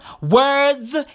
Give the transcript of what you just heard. words